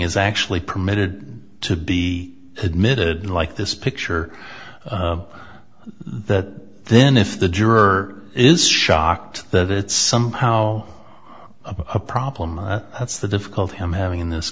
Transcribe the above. is actually permitted to be admitted like this picture that then if the juror is shocked that it's somehow a problem that's the difficult him having in this